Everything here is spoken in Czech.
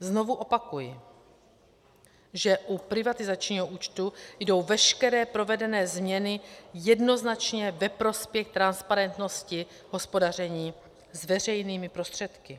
Znovu opakuji, že u privatizačního účtu jdou veškeré provedené změny jednoznačně ve prospěch transparentnosti hospodaření s veřejnými prostředky.